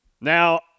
Now